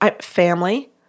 family